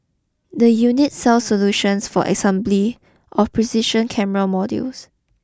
the unit sell solutions for assembly of precision camera modules